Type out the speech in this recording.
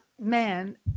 man